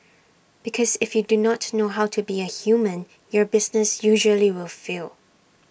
because if you do not know how to be A human your business usually will fail